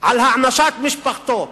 על הענשת משפחתו.